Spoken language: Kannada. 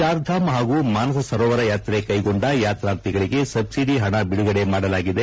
ಚಾರ್ ಧಾಮ್ ಹಾಗೂ ಮಾನಸ ಸರೋವರ ಯಾತ್ರೆ ಕೈಗೊಂಡ ಯಾತ್ರಾರ್ಥಿಗಳಗೆ ಸಜ್ಸಿತಿ ಹಣ ಅಡುಗಡೆ ಮಾಡಲಾಗಿದೆ